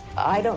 i